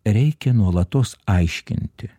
reikia nuolatos aiškinti